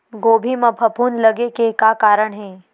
गोभी म फफूंद लगे के का कारण हे?